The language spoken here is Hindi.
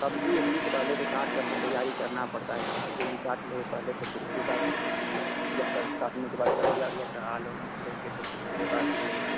सब्ज़ी उब्जी तो पहले के काट करके तैयारी करना पड़ता है सब्ज़ी उब्जी काट लो पहले तो फ़िर उसके बाद जब तक काटने के बाद कड़ईया उड़इया चढ़ा लो लेंगे तो फ़िर उसके बाद वह